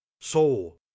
soul